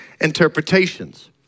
interpretations